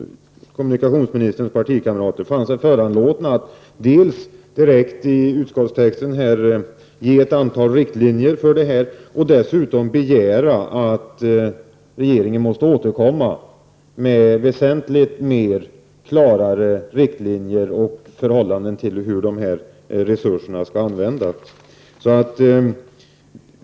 kommunikationsministerns partikamrater, fann sig föranlåten att dels direkt i utskottstexten ge ett antal riktlinjer, dels begära att regeringen måste återkomma med väsentligt klarare riktlinjer i fråga om hur de här resurserna skall användas.